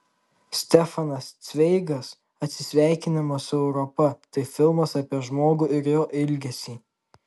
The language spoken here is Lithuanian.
stefanas cveigas atsisveikinimas su europa tai filmas apie žmogų ir jo ilgesį